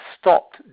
stopped